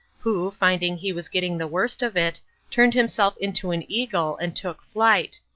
who, finding he was getting the worst of it, turned himself into an eagle and took flight.